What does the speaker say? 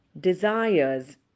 Desires